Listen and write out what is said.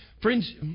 Friends